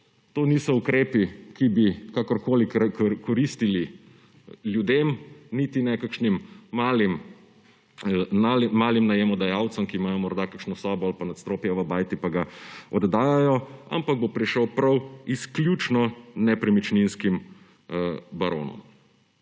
to niso ukrepi, ki bi kakorkoli koristili ljudem niti ne kakšnim malim najemodajalcem, ki imajo morda kakšno sobo ali pa nadstropje v bajti pa ga oddajajo, ampak bo prišel prav izključno nepremičninskim baronom.